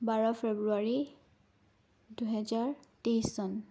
বাৰ ফেব্ৰুৱাৰী দুহেজাৰ তেইছ চন